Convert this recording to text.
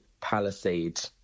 palisade